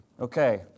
Okay